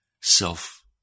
self